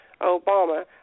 Obama